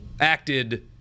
acted